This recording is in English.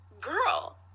Girl